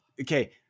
okay